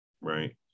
right